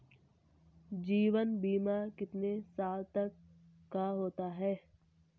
जीवन बीमा कितने साल तक का होता है?